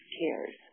cares